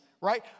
right